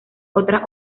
otras